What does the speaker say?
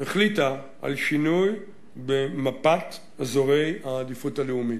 החליטה על שינוי במפת אזורי העדיפות הלאומית.